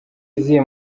izihe